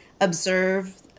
observe